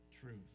truth